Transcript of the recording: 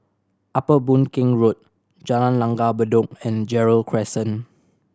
Upper Boon Keng Road Jalan Langgar Bedok and Gerald Crescent